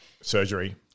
Surgery